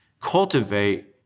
cultivate